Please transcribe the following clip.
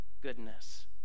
goodness